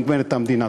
נגמרת המדינה.